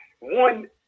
one